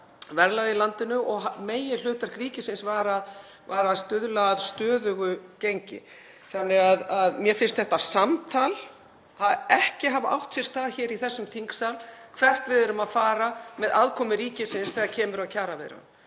verðlag í landinu og meginhlutverk ríkisins var að stuðla að stöðugu gengi. Mér finnst þetta samtal ekki hafa átt sér stað hér í þessum þingsal, hvert við erum að fara með aðkomu ríkisins þegar kemur að kjaraviðræðum.